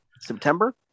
September